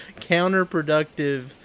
counterproductive